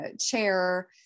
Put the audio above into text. chair